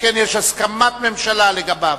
שכן יש הסכמת ממשלה לגביו.